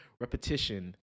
repetition